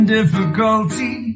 difficulty